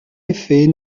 effet